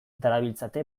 darabiltzate